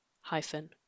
hyphen